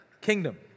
Kingdom